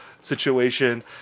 situation